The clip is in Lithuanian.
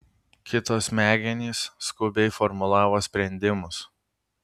kito smegenys skubiai formulavo sprendimus